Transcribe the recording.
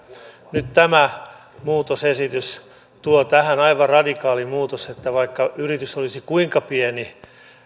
nyt tämä muutosesitys tuo tähän aivan radikaalin muutoksen että vaikka yritys olisi kuinka pieni